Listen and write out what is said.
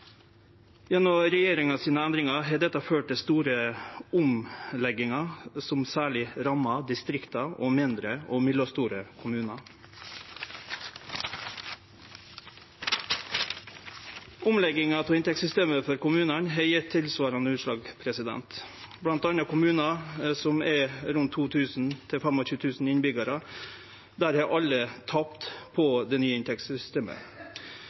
Gjennom endringane til regjeringa har dette ført til store omleggingar som særleg rammar distrikta og mindre og mellomstore kommunar. Omlegginga av inntektssystemet for kommunane har gjeve tilsvarande utslag, bl.a. for kommunar som har rundt 2 000 til 25 000 innbyggjarar. Der har alle tapt på det nye inntektssystemet.